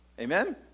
amen